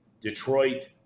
Detroit